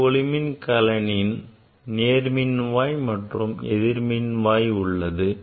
இந்த ஒளி மின்கலனில் நேர்மின்வாய் மற்றும் எதிர்மின்வாய் உள்ளது